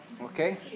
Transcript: okay